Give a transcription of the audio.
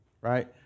right